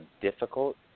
difficult